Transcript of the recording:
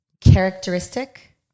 characteristic